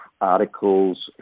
articles